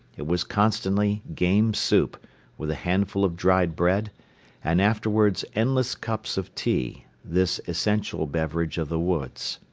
it was constantly game soup with a handful of dried bread and afterwards endless cups of tea, this essential beverage of the woods.